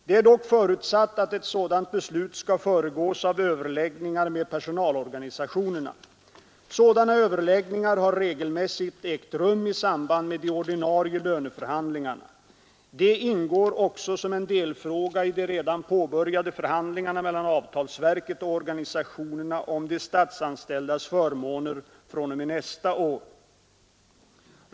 Det är dock förutsatt att ett sådant beslut skall föregås av överläggningar med personalorganisationerna. Sådana överläggningar har regelmässigt ägt rum i samband med de ordinarie löneförhandlingarna. De ingår också som en delfråga i de redan påbörjade förhandlingarna mellan avtalsverket och organisationerna om de statsanställdas förmåner fr.o.m. nästa år.